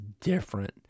different